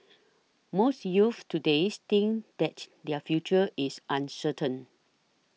most youths today think that their future is uncertain